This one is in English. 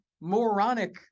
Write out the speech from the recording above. moronic